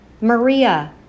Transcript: Maria